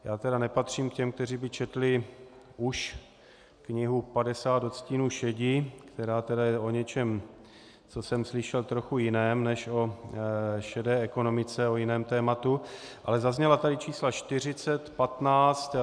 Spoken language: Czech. Já tedy nepatřím k těm, kteří by četli už knihu Padesát odstínů šedi, která tedy je o něčem, co jsem slyšel, trochu jiném než o šedé ekonomice, o jiném tématu, ale zazněla tady čísla 40, 15.